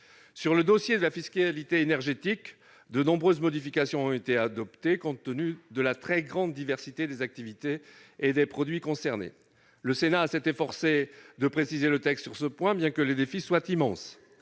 Au dossier de la fiscalité énergétique, de nombreuses modifications ont été adoptées, compte tenu de la très grande diversité des activités et des produits concernés. Le Sénat s'est efforcé de préciser le texte, bien que les défis soient immenses.